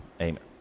Amen